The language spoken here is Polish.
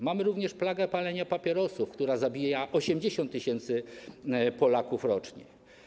Mamy również plagę palenia papierosów, która zabija 80 tys. Polaków rocznie.